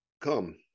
Come